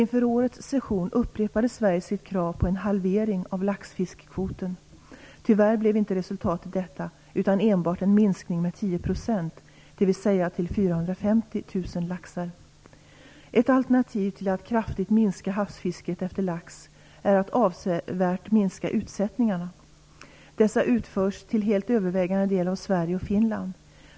Inför årets session upprepade Sverige sitt krav på en halvering av laxfiskekvoten. Tyvärr blev inte resultatet detta utan enbart en minskning med 10 %, dvs. till 450 000 laxar. Ett alternativ till att kraftigt minska havsfisket efter lax är att avsevärt minska utsättningarna. Dessa utförs till helt övervägande del av Sverige och Finland.